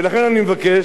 ולכן אני מבקש,